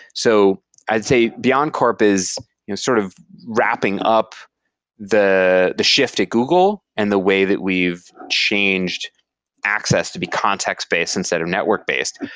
so i'd beyondcorp is you know sort of wrapping up the the shift to google and the way that we've changed access to be context-based instead of network-based.